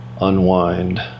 unwind